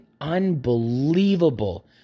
unbelievable